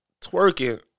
twerking